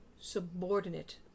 subordinate